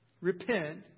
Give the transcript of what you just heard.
repent